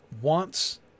wants